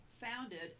founded